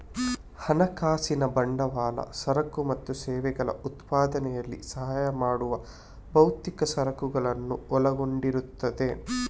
ಹಣಕಾಸಿನ ಬಂಡವಾಳ ಸರಕು ಮತ್ತು ಸೇವೆಗಳ ಉತ್ಪಾದನೆಯಲ್ಲಿ ಸಹಾಯ ಮಾಡುವ ಭೌತಿಕ ಸರಕುಗಳನ್ನು ಒಳಗೊಂಡಿರುತ್ತದೆ